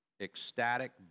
ecstatic